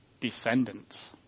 descendants